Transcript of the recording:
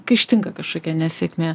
kai ištinka kašokia nesėkmė